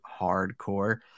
Hardcore